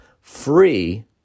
free